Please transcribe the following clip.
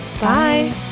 Bye